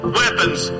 weapons